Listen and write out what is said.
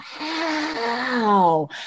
wow